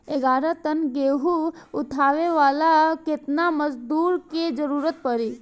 ग्यारह टन गेहूं उठावेला केतना मजदूर के जरुरत पूरी?